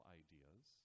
ideas